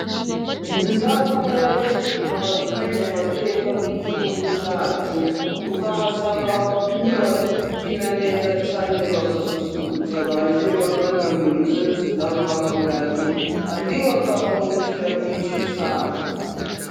Inzu ndangamurage zituma tumenya amateka y'igihugu cyacu, tukahasanga ababyinnyi bazi kubyina neza cyane bagasusurutsa abaje bagana muri izo nzu ndangamurage kandi bakahungukira byinshi cyane.